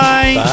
Bye